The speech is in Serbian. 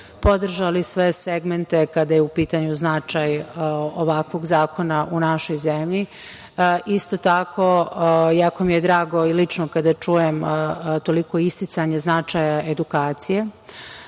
podržali sve segmente kada je u pitanju značaj ovakvog zakona u našoj zemlji. Isto tako, jako mi je drago i lično kada čujem toliko isticanje značaja edukacije,